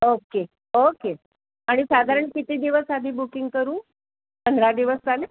okay okay आणि साधारण किती दिवस आधी बुकिंग करू पंधरा दिवस चालेल